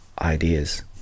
ideas